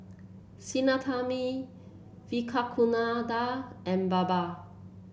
Sinnathamby Vivekananda and Baba